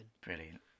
brilliant